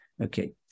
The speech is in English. Okay